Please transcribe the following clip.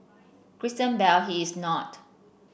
Christian Bale he is not